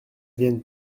viennent